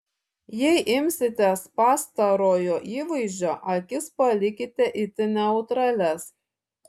jei imsitės pastarojo įvaizdžio akis palikite itin neutralias